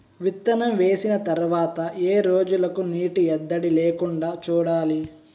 విత్తనం వేసిన తర్వాత ఏ రోజులకు నీటి ఎద్దడి లేకుండా చూడాలి?